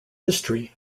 history